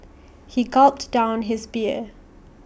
he gulped down his beer